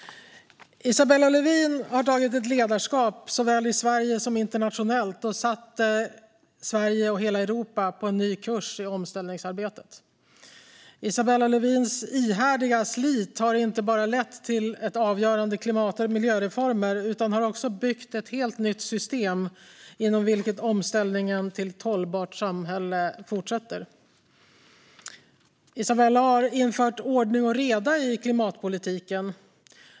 Isabella Lövin har tagit ett ledarskap såväl i Sverige som internationellt och satt Sverige och hela Europa på en ny kurs i omställningsarbetet. Isabella Lövins ihärdiga slit har inte bara lett till avgörande klimat och miljöreformer utan har också byggt ett helt nytt system inom vilket omställningen till ett hållbart samhälle fortsätter. Isabella har infört ordning och reda i klimatpolitiken.